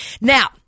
Now